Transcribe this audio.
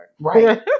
Right